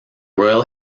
royal